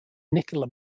nicola